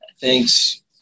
Thanks